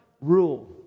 rule